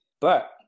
But-